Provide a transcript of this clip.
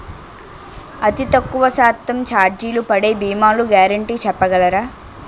అతి తక్కువ శాతం ఛార్జీలు పడే భీమాలు గ్యారంటీ చెప్పగలరా?